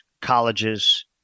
colleges